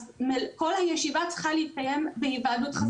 אז כל הישיבה צריכה להתקיים בהיוועדות חזותית.